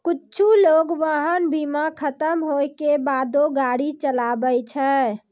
कुछु लोगें वाहन बीमा खतम होय के बादो गाड़ी चलाबै छै